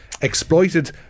exploited